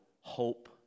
hope